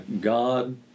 God